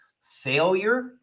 failure